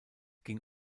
ging